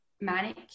manic